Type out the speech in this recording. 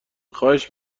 خواهش